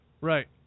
Right